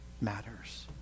matters